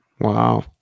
wow